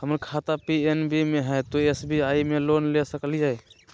हमर खाता पी.एन.बी मे हय, तो एस.बी.आई से लोन ले सकलिए?